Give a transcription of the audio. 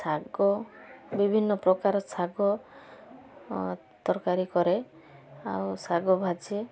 ଶାଗ ବିଭିନ୍ନ ପ୍ରକାରର ଶାଗ ତରକାରୀ କରେ ଆଉ ଶାଗ ଭାଜେ